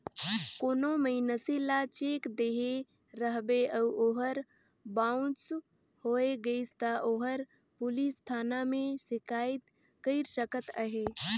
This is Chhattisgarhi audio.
कोनो मइनसे ल चेक देहे रहबे अउ ओहर बाउंस होए गइस ता ओहर पुलिस थाना में सिकाइत कइर सकत अहे